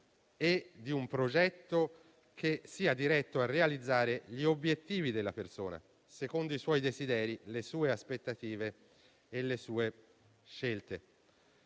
e un programma diretto a realizzare gli obiettivi della persona secondo i suoi desideri, le sue aspettative e le sue scelte.